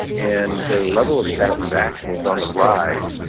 and their level of satisfaction is on the rise.